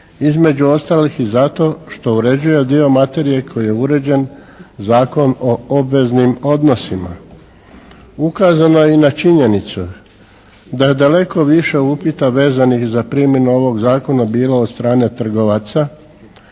između ostalih i zato što uređuje dio materije kojim je uređen Zakon o obveznim odnosima. Ukazano je i na činjenicu da je daleko više upita vezanih za primjenu ovog Zakona bilo od strane trgovaca.